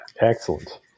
excellent